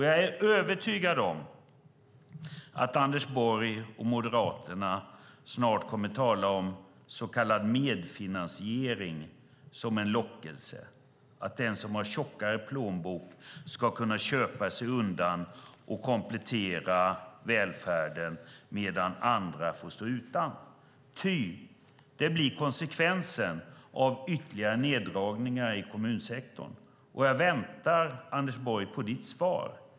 Jag är övertygad om att Anders Borg och Moderaterna snart kommer att tala om så kallad medfinansiering som en lockelse, nämligen att den som har en tjockare plånbok ska kunna köpa sig undan och komplettera välfärden, medan andra får stå utan, ty det blir konsekvensen av ytterligare neddragningar i kommunsektorn. Anders Borg, jag väntar på ditt svar.